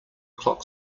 clock